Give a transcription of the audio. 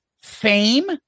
Fame